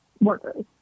workers